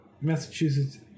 Massachusetts